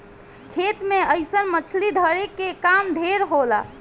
खेत मे अइसन मछली धरे के काम ढेर होला